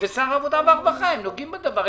ושר העבודה והרווחה נוגעים בדבר.